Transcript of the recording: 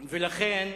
ולכן,